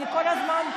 אני כל הזמן,